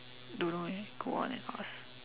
don't know eh go out and ask